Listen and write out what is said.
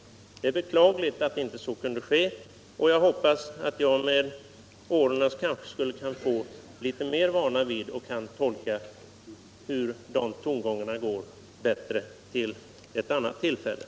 Det är beklagligt att så icke kunde ske. Jag hoppas att jag med åren kanske kan få litet mer vana vid att bättre tolka hur tongångarna går i utskottet.